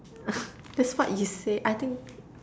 that's what you say I think